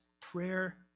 Prayer